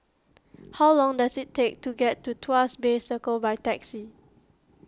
how long does it take to get to Tuas Bay Circle by taxi